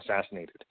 assassinated